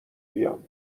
بیام